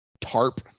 tarp